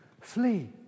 Flee